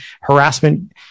harassment